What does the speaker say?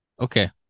Okay